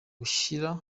gushyigikira